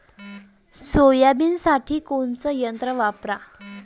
सोयाबीनसाठी कोनचं यंत्र वापरा?